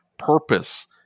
purpose